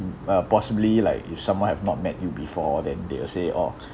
uh possibly like if someone have not met you before then they'll say oh